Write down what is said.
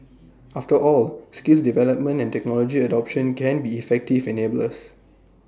after all skills development and technology adoption can be effective enablers